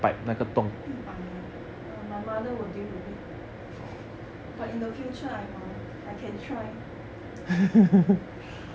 地板的 ah my mother will deal with it but in the future I will I can try